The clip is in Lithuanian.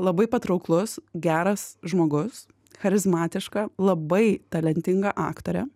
labai patrauklus geras žmogus charizmatiška labai talentinga aktorė